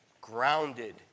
grounded